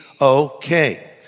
okay